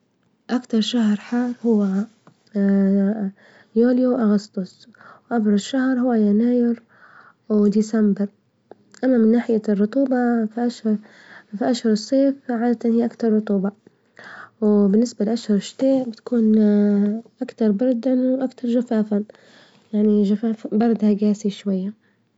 أكتر شهر حار هو يوليو وأغسطس، أبرد شهر هو يناير وديسمبر، أما من ناحية الرطوبة فأشهر الصيف حاجة تانية أكتر رطوبة، وبالنسبة لأشهر الشتاء بتكون أكتر بردا يعني جفاف، بردها جاسي شوية.